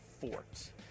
Fort